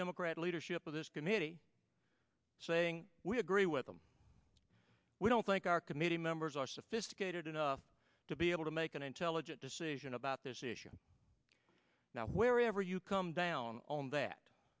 democrat leadership of this committee saying we agree with them we don't think our committee members are sophisticated enough to be able to make an intelligent decision about this issue now wherever you come down on that